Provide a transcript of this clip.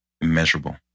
immeasurable